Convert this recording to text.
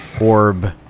orb